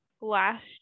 last